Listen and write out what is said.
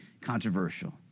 controversial